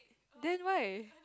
then why